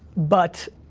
but,